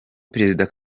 perezida